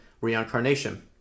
reincarnation